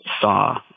saw